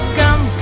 come